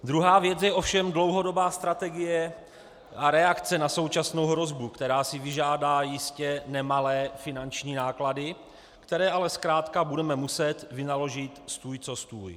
Druhá věc je ovšem dlouhodobá strategie a reakce na současnou hrozbu, která si vyžádá jistě nemalé finanční náklady, které ale zkrátka budeme muset vynaložit stůj co stůj.